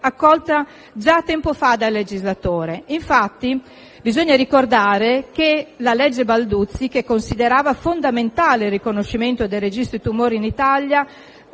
colta già tempo fa dal legislatore. Bisogna infatti ricordare che la legge Balduzzi, che considerava fondamentale il riconoscimento dei registri tumori in Italia,